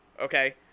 Okay